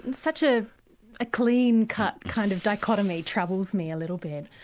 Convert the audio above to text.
and such ah a clear-cut kind of dichotomy troubles me a little bit.